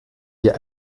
hier